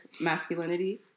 masculinity